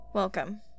Welcome